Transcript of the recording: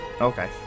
okay